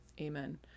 Amen